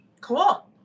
Cool